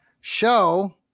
show